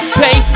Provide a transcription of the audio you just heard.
pay